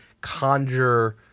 conjure